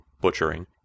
butchering